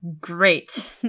Great